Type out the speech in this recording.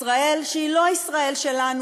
ישראל שהיא לא ישראל שלנו,